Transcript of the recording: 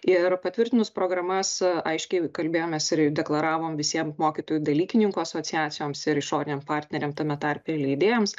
ir patvirtinus programas aiškiai kalbėjomės ir deklaravom visiems mokytojų dalykininkų asociacijoms ir išoriniam partneriam tame tarpe ir leidėjams